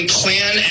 plan